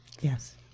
Yes